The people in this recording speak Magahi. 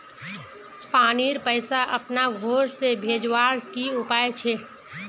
पानीर पैसा अपना घोर से भेजवार की उपाय छे?